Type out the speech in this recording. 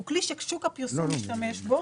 הוא כלי ששוק הפרסום משתמש בו,